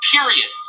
Period